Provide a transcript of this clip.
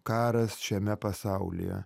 karas šiame pasaulyje